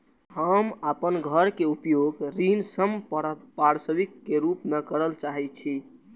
हम अपन घर के उपयोग ऋण संपार्श्विक के रूप में करल चाहि छी